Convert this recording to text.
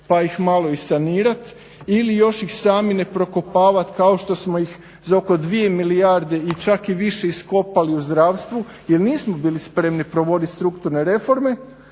pa ih malo i sanirati ili još ih sami ne prokopavat kao što smo mi ih za oko dvije milijarde i čak i više iskopali u zdravstvu jer nismo bili spremni provodit strukturne reforme